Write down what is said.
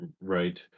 Right